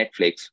Netflix